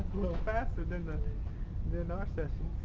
little faster than but than our sessions